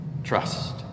Trust